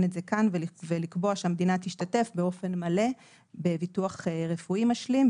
את זה כאן ולקבוע שהמדינה תשתתף באופן מלא בביטוח רפואי משלים,